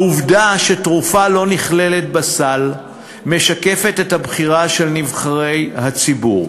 העובדה שתרופה לא נכללת בסל משקפת את הבחירה של נבחרי הציבור.